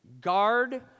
Guard